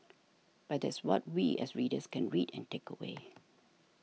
but that's what we as readers can read and take away